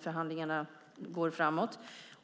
Förhandlingarna går framåt.